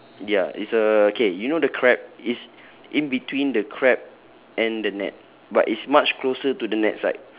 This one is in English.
ya it's a okay you know the crab it's in between the crab and the net but it's much closer to the net side